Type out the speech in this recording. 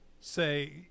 say